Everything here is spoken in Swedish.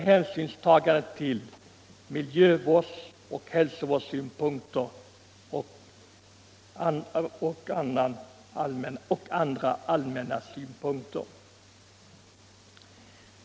Hänsyn skall dock tas till mil Jövårds och hälsovårdssynpunkter liksom andra allmänna synpunkter.